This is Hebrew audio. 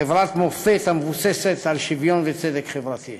חברת מופת המבוססת על שוויון וצדק חברתי.